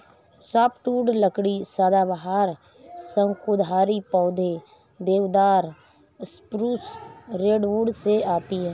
softwood लकड़ी सदाबहार, शंकुधारी पेड़ों, देवदार, स्प्रूस, रेडवुड से आती है